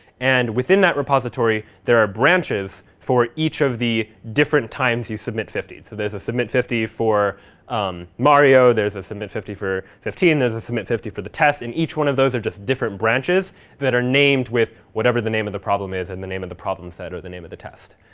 and within that repository, there are branches for each of the different times you submit fifty. so there's a submit fifty for mario, there's a image fifty for fifteen, there's a submit fifty for the test. and each one of those are just different branches that are named with whatever the name of the problem is and the name of the problem set, or the name of the test.